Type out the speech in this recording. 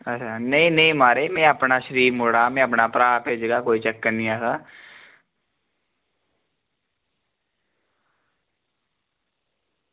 नेईं नेईं म्हाराज में अपना शरीफ मुड़ा में अपना भ्राऽ भेजगा कोई चक्कर निं ऐसा